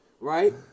Right